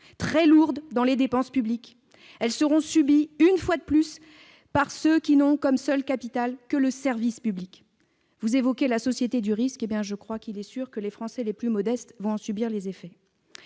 très lourdes baisses de dépenses publiques. Elles seront subies, une fois de plus, par ceux qui ont pour seul capital le service public. Vous évoquez la société du risque ; il est sûr que les Français les plus modestes vont en subir les effets.